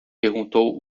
perguntou